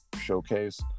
showcase